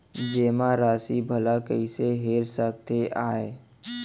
जेमा राशि भला कइसे हेर सकते आय?